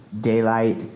daylight